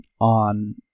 on